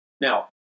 Now